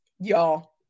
y'all